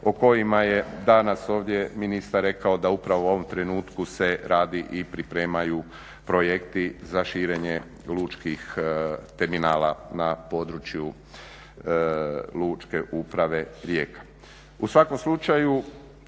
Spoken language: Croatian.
o kojima je danas ovdje ministar rekao da upravo u ovom trenutku se radi i pripremaju projekti za širenje lučkih terminala na području lučke uprave Rijeka. U svakom slučaju